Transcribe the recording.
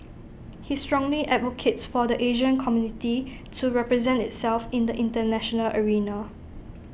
he strongly advocates for the Asian community to represent itself in the International arena